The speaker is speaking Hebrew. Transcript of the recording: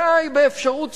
די ב"אפשרות סבירה"